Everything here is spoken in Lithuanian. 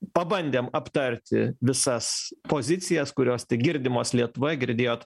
pabandėm aptarti visas pozicijas kurios tik girdimos lietuvoj girdėjot